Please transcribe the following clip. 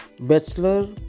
Bachelor